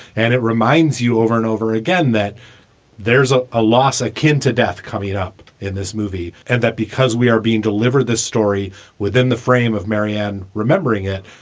and it reminds you over and over again that there's a ah loss akin to death coming up in this movie and that because we are being delivered this story within the frame of marianne remembering it,